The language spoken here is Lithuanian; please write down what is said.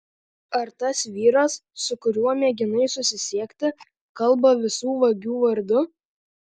ar tas vyras su kuriuo mėginai susisiekti kalba visų vagių vardu